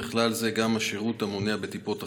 ובכלל זה השירות המונע בטיפות החלב,